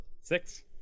six